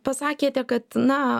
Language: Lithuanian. pasakėte kad na